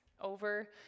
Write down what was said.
over